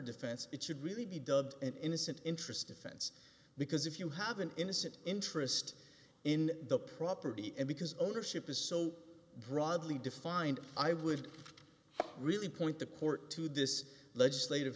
defense it should really be dubbed an innocent interesting fence because if you have an innocent interest in the property and because ownership is so broadly defined i would really point the court to this legislative